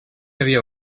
havia